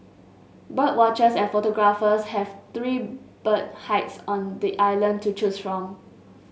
bird watchers and photographers have three bird hides on the island to choose from